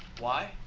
why?